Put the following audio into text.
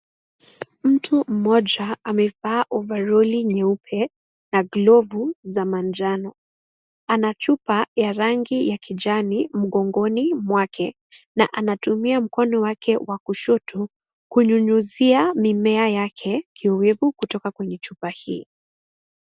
Mtu mmoja amevaa ovaroli nyeupe na glovu za manjano ana chupa ya rangi ya kijani mkongoni mwake na anatumia mkono wake wa kushoto kunyunyzia mimea yake kiyoevu kutoka kwenye chupa hii.